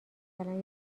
مثلا